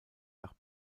nach